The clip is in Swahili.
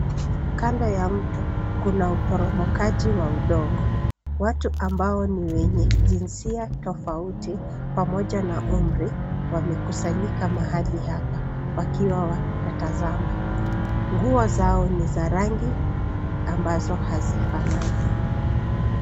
Kando ya mto, kuna uporomokaji wa udongo, watu ambao ni wenye jinsia tofauti, pamoja na umri, wamekusanyika mahali hapa, wakiwa wanatazama, nguo zao ni za rangi ambazo hazifanani.